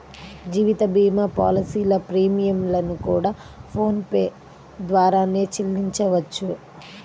జీవిత భీమా పాలసీల ప్రీమియం లను కూడా ఫోన్ పే ద్వారానే చెల్లించవచ్చు